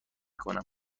کنم